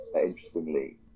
interestingly